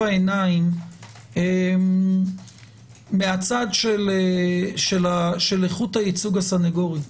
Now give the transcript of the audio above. עיניים מהצד של איכות הייצוג הסנגורי.